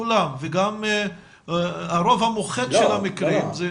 כולם וגם הרוב המוחץ של המקרים.